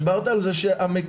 דיברת על זה שהמקדמים,